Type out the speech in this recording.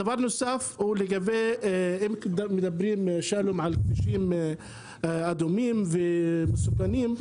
דבר נוסף, אם מדברים על כבישים אדומים ומסוכנים,